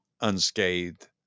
unscathed